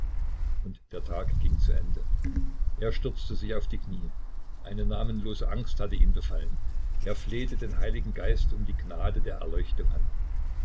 und der tag ging zu ende er stürzte sich auf die knie eine namenlose angst hatte ihn befallen er flehte den heiligen geist um die gnade der erleuchtung an